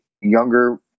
younger